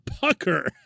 pucker